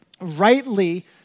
rightly